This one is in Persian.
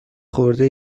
خورده